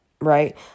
Right